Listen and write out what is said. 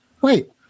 wait